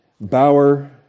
Bauer